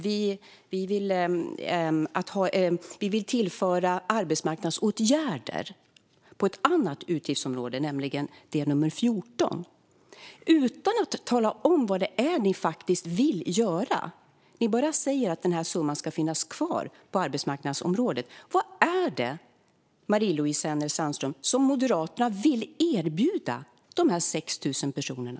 Ni vill tillföra arbetsmarknadsåtgärder på ett annat utgiftsområde, nämligen nr 14. Men ni talar inte om vad det är ni faktiskt vill göra. Ni bara säger att den här summan ska finnas kvar på arbetsmarknadsområdet. Vad är det, Marie-Louise Hänel Sandström, som Moderaterna vill erbjuda de här 6 000 personerna?